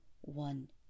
one